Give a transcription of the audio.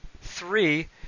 three